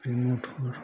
मटर